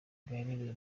gaherereye